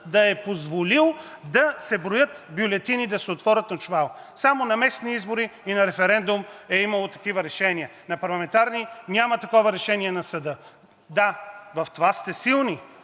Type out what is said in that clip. да е позволил да се броят бюлетини и да се отвори чувал. Само на местни избори и на референдум е имало такива решения, а на парламентарни няма такова решение на съда. Да, в това сте силни.